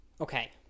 Okay